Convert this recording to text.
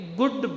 good